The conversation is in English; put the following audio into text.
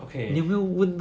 okay